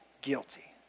guilty